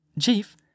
Chief